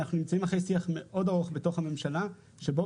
אנחנו נמצאים אחרי שיח מאוד ארוך בתוך הממשלה שבו